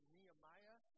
Nehemiah